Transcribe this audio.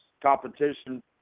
competition